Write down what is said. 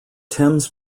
thames